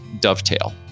dovetail